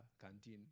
canteen